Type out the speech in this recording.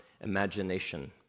imagination